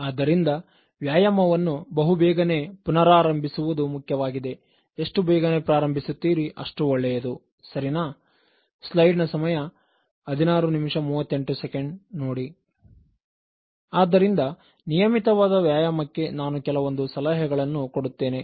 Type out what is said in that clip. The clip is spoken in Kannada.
ಆದ್ದರಿಂದ ವ್ಯಾಯಾಮವನ್ನು ಬಹುಬೇಗನೆ ಪುನರಾರಂಭಿಸು ವುದು ಮುಖ್ಯವಾಗಿದೆ ಎಷ್ಟು ಬೇಗನೆ ಪ್ರಾರಂಭಿಸುತ್ತೀರಿ ಅಷ್ಟು ಒಳ್ಳೆಯದು ಸರಿನಾ ಸ್ಲೈಡ್ ನ ಸಮಯ 1638ನೋಡಿ ಆದ್ದರಿಂದ ನಿಯಮಿತವಾದ ವ್ಯಾಯಾಮಕ್ಕೆ ನಾನು ಕೆಲವೊಂದು ಸಲಹೆಗಳನ್ನು ಕೊಡುತ್ತೇನೆ